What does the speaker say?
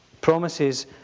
promises